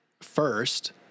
first